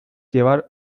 llevar